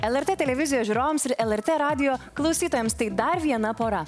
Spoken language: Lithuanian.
lrt televizijos žiūrovams ir lrt radijo klausytojams tai dar viena pora